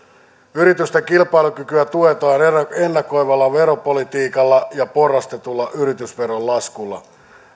yritysten kilpailukykyä tuetaan ennakoivalla veropolitiikalla ja porrastetulla yritysveron laskulla